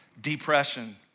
depression